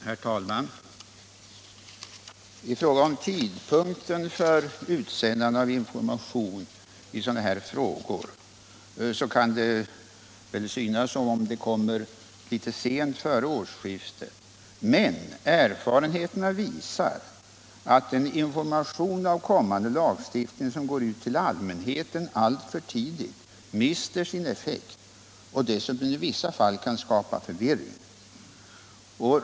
Herr talman! Vad gäller tidpunkten för utsändande av information i dessa frågor kan det väl synas som om den ligger litet för nära årsskiftet, men erfarenheterna visar att en information om kommande lagstiftning som går ut till allmänheten alltför tidigt mister sin effekt och dessutom i vissa fall kan skapa förvirring.